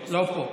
לא פה.